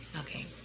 Okay